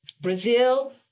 Brazil